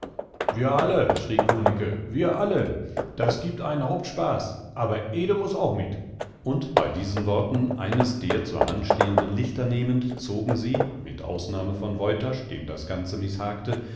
wir alle schrie kunicke wir alle das giebt einen hauptspaß aber ede muß auch mit und bei diesen worten eines der zur hand stehenden lichter nehmend zogen sie mit ausnahme von woytasch dem das ganze mißhagte